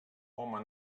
home